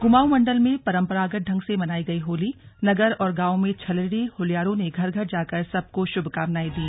कुमाऊं मंडल में परंपरागत ढंग से मनायी गई होली नगर और गांवों में छलड़ी होल्यारों ने घर घर जाकर सबको शुभकामनाएं दी